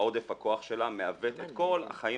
שעודף הכוח שלה מעוות את כל החיים